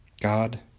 God